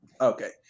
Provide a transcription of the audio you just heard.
Okay